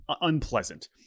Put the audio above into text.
unpleasant